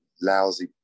lousy